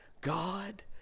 God